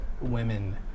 women